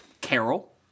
Carol